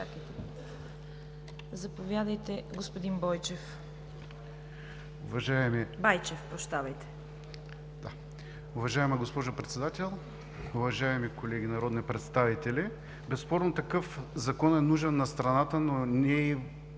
Заповядайте, господин Байчев.